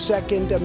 Second